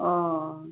অঁ